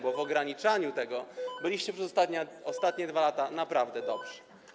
Bo w ograniczaniu tego byliście przez ostatnie 2 lata naprawdę dobrzy.